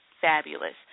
fabulous